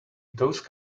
those